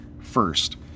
first